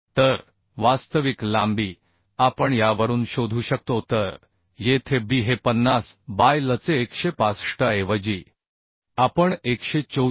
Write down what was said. तर वास्तविक लांबी आपण यावरून शोधू शकतो तर येथे B हे 50 बाय लचे 165 ऐवजी आपण 124